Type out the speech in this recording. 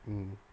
mm